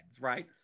right